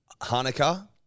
Hanukkah